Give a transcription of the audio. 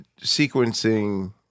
sequencing